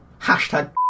Hashtag